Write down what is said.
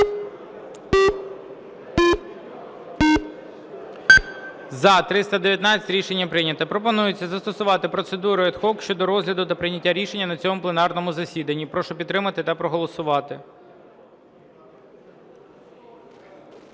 За-319 Рішення прийнято. Пропонується застосувати процедуру ad hoc щодо розгляду та прийняття рішення на цьому пленарному засіданні. Прошу підтримати та проголосувати.